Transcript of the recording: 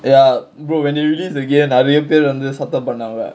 ya bro when they released again ah நறைய பேர் வந்து சத்த பண்ணா அவ:naraiya per vanthu satha pannaa ava